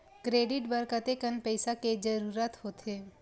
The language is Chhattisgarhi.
क्रेडिट बर कतेकन पईसा के जरूरत होथे?